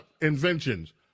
inventions